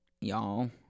y'all